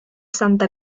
santa